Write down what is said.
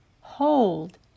Hold